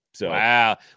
Wow